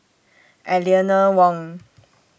Eleanor Wong